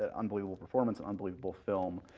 ah unbelievable performance, unbelievable film.